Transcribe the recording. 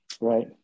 right